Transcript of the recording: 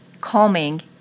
calming